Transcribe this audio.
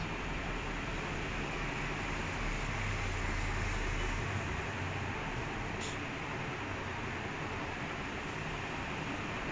then okay lah then he'd he instead of putting on the clipper right he stoned so much that he took it out